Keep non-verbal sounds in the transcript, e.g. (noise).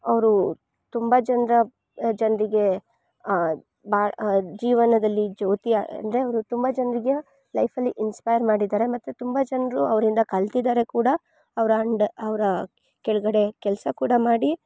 ಅವರು ತುಂಬ ಜನರ (unintelligible) ಜನರಿಗೆ ಬಾಳು ಜೀವನದಲ್ಲಿ ಜ್ಯೋತಿಯ ಅಂದರೆ ಅವರು ತುಂಬ ಜನರಿಗೆ ಲೈಫಲ್ಲಿ ಇನ್ಸ್ಪೈರ್ ಮಾಡಿದ್ದಾರೆ ಮತ್ತು ತುಂಬ ಜನರು ಅವರಿಂದ ಕಲ್ತಿದಾರೆ ಕೂಡ ಅವ್ರಂಡ ಅವರ ಕೆಳಗಡೆ ಕೆಲಸ ಕೂಡ ಮಾಡಿ